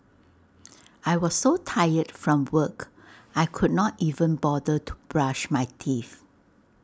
I was so tired from work I could not even bother to brush my teeth